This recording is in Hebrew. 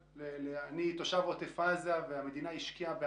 אני תושב עוטף עזה ואני יודע שבעבר המדינה השקיעה